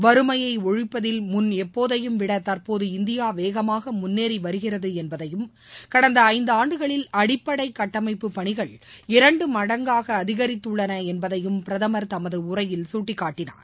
வறுமைய ஒழிப்பதில் முன் எப்போதையும் விட தற்போது இந்தியா வேகமாக முன்னேறி வருகிறது எனபதையும் கடந்த ஐந்து ஆண்டுகளில் அடிப்படை கட்டமைப்பு பணிகள் இரண்டு மடங்காக அதிகரித்துள்ளது என்பதையும் பிரதமர் தமது உரையில் சுட்டிக்காட்டினார்